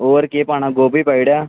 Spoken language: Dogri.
होर केह् पाना गोभी पाई ओड़ेआ